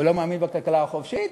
הוא לא מאמין בכלכלה החופשית?